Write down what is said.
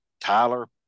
Tyler